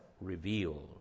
revealed